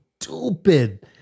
stupid